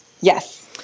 Yes